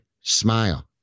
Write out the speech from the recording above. smile